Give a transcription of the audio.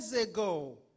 ago